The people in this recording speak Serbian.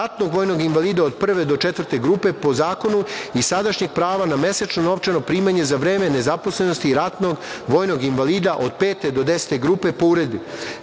ratnog vojnog invalida od prve do četvrte grupe, po zakonu i sadašnjeg prava na mesečno novčano primanje za vreme nezaposlenosti i ratnog vojnog invalida od pete do 10 grupe po uredbi,